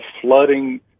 flooding